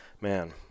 man